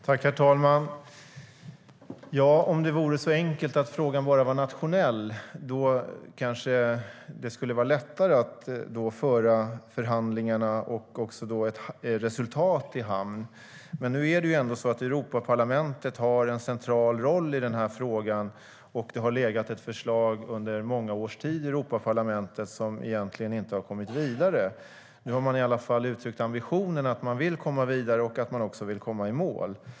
Herr talman! Om det var så enkelt att frågan bara var nationell kanske det skulle vara lättare att föra förhandlingarna och också ett resultat i hamn. Europaparlamentet har en central roll i denna fråga, och det har legat ett förslag där under många års tid som inte har kommit vidare. Nu har man i alla fall uttryckt ambitionen att man vill komma vidare och också komma i mål.